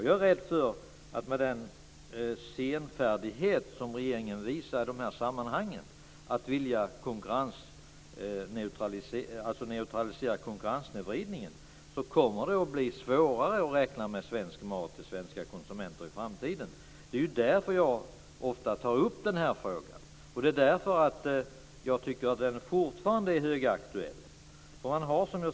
Jag är rädd för att det kommer att bli svårare att räkna med svensk mat till svenska konsumenter i framtiden genom den senfärdighet som regeringen visar i de här sammanhangen när det gäller att vilja neutralisera konkurrenssnedvridningen. Det är därför jag ofta tar upp den här frågan. Jag tycker att den fortfarande är högaktuell.